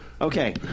Okay